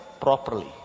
properly